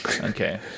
Okay